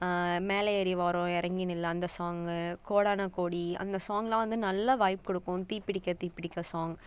மேலே ஏறி வாரோம் எறங்கி நில்லு அந்த சாங்கு கோடான கோடி அந்த சாங்லாம் வந்து நல்லா வைப் கொடுக்கும் தீப்பிடிக்க தீப்பிடிக்க சாங்